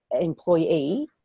employee